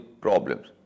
problems